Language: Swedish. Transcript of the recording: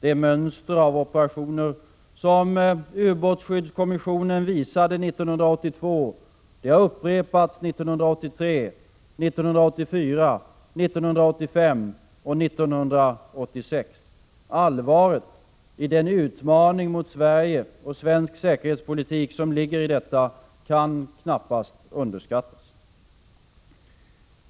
Det mönster av operationer som ubåtsskyddskommissionen visade 1982 har upprepats 1983, 1984, 1985 och 1986. Allvaret iden utmaning mot Sverige och svensk säkerhetspolitik som ligger i detta kan knappast överskattas.